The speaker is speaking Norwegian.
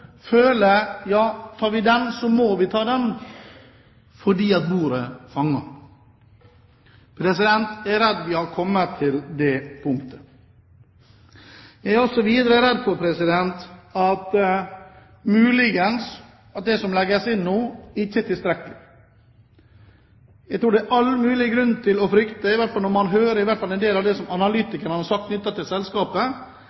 tar vi den, så må vi ta den, fordi bordet fanger? Jeg er redd vi har kommet til det punket. Videre er jeg redd for at det som legges inn nå, muligens ikke er tilstrekkelig. Jeg tror det er all mulig grunn til å frykte – i hvert fall når man hører en del av det som